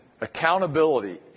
accountability